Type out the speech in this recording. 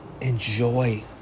enjoy